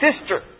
sister